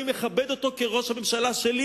אני מכבד אותו כראש הממשלה שלי